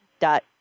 dot